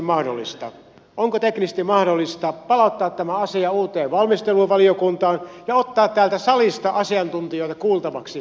tuli mieleen onko teknisesti mahdollista palauttaa tämä asia uuteen valmisteluun valiokuntaan ja ottaa täältä salista asiantuntijoita kuultavaksi